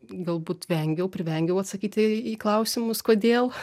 galbūt vengiau privengiau atsakyti į klausimus kodėl